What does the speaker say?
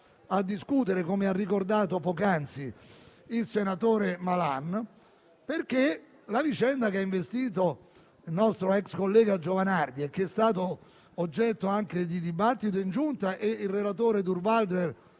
l'Assemblea, come ha ricordato poco fa il senatore Malan. La vicenda che ha investito il nostro ex collega Giovanardi, che è stata oggetto anche di dibattito in Giunta e su cui il relatore Durnwalder